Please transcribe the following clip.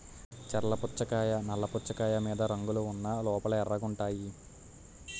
చర్ల పుచ్చకాయలు నల్ల పుచ్చకాయలు మీద రంగులు ఉన్న లోపల ఎర్రగుంటాయి